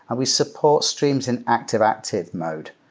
and we support streams in active-active mode,